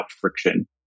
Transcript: friction